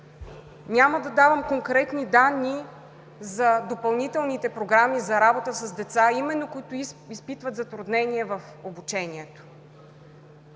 Няма да давам конкретни данни за допълнителните програми за работа с деца, именно които изпитват затруднение в обучението.